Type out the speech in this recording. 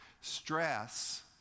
Stress